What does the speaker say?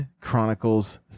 Chronicles